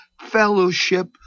fellowship